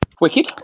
Wicked